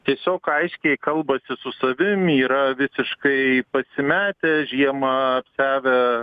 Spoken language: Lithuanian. tiesiog aiškiai kalbasi su savim yra visiškai pasimetę žiemą apsiavę